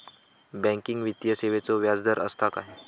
Banking वित्तीय सेवाचो व्याजदर असता काय?